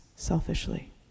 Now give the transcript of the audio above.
selfishly